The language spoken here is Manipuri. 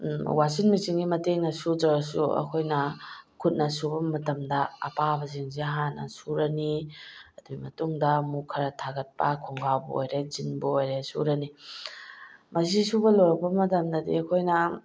ꯋꯥꯁꯤꯡ ꯃꯦꯆꯤꯟꯒꯤ ꯃꯇꯦꯡꯅ ꯁꯨꯗ꯭ꯔꯒꯁꯨ ꯑꯩꯈꯣꯏꯅ ꯈꯨꯠꯅ ꯁꯨꯕ ꯃꯇꯝꯗ ꯑꯄꯥꯕꯁꯤꯡꯁꯦ ꯍꯥꯟꯅ ꯁꯨꯔꯅꯤ ꯑꯗꯨꯏ ꯃꯇꯨꯡꯗ ꯑꯃꯨꯛ ꯈꯔ ꯊꯥꯒꯠꯄ ꯈꯣꯡꯒ꯭ꯔꯥꯎꯕꯨ ꯑꯣꯏꯔꯦ ꯖꯤꯟꯕꯨ ꯑꯣꯏꯔꯦ ꯁꯨꯔꯅꯤ ꯃꯁꯤ ꯁꯨꯕ ꯂꯣꯏꯔꯛꯄ ꯃꯇꯝꯗꯗꯤ ꯑꯩꯈꯣꯏꯅ